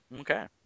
Okay